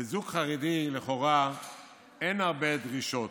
לזוג חרדי לכאורה אין הרבה דרישות: